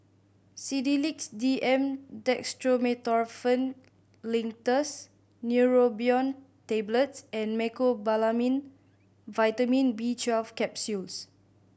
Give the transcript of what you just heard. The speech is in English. Sedilix D M Dextromethorphan Linctus Neurobion Tablets and Mecobalamin Vitamin B Twelve Capsules